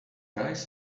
rise